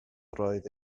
roedd